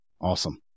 Awesome